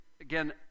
Again